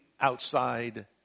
outside